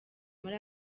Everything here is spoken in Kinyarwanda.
muri